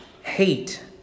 Hate